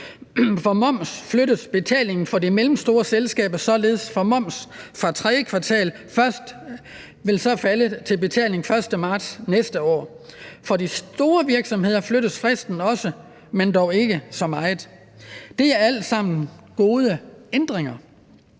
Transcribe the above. For moms flyttes betalingen for de mellemstore selskaber, så moms for tredje kvartal først ville falde til betaling den 1. marts næste år. For de store virksomheder flyttes fristen også, men dog ikke så meget. Det er alt sammen gode ændringer.